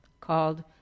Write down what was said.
called